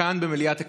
כאן במליאת הכנסת,